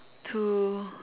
to